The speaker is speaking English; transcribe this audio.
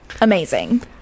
Amazing